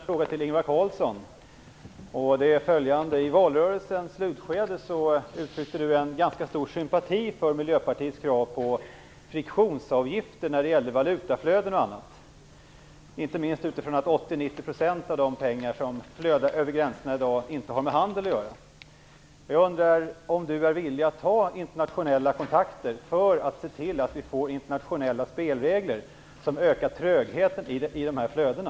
Fru talman! Jag vill ställa en fråga till statsministern. I valrörelsens slutskede uttryckte Ingvar Carlsson ganska stor sympati för miljöpartiets krav på friktionsavgifter när det gäller valutaflöden och annat, inte minst utifrån att 80-90 % av de pengar som flödar över gränserna i dag inte har med handel att göra. Är statsministern villig att ta internationella kontakter för att se till att vi får internationella spelregler som ökar trögheten i de här flödena?